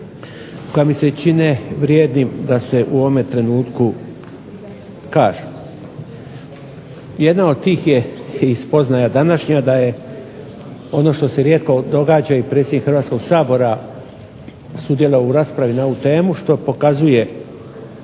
koja mi se čine vrijednim da se u ovome trenutku kažu. Jedna od tih je i spoznaja današnja da je ono što se rijetko događa i predsjednik Hrvatskog sabora sudjelovao u raspravi na ovu temu što pokazuje